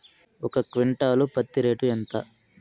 ఒక క్వింటాలు పత్తి రేటు ఎంత?